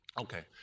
Okay